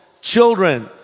children